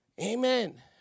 Amen